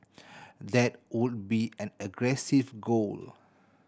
that would be an aggressive goal